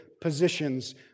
positions